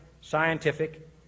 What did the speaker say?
scientific